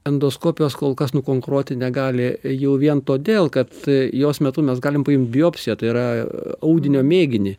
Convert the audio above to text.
endoskopijos kol kas nukonkuruoti negali jau vien todėl kad jos metu mes galim paimt biopsiją tai yra audinio mėginį